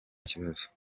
kibazo